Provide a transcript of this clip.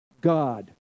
God